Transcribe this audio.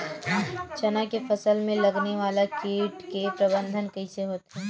चना के फसल में लगने वाला कीट के प्रबंधन कइसे होथे?